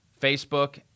Facebook